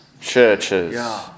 churches